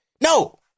No